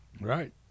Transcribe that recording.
Right